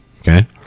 Okay